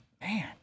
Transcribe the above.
man